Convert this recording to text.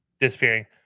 disappearing